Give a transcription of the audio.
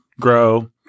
Grow